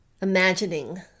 imagining